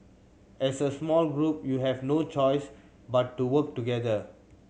as a small group you have no choice but to work together